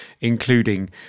including